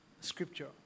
scripture